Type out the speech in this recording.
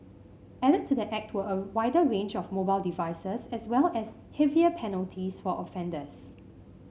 added to the act were a wider range of mobile devices as well as heavier penalties for offenders